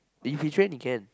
if you train you can